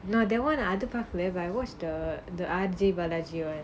no that one அது பாக்குல:athu paakkala I watch the the R G balaji right